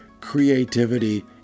creativity